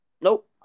nope